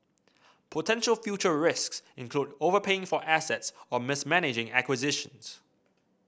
potential future risks include overpaying for assets or mismanaging acquisitions